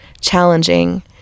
challenging